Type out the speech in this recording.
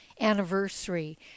anniversary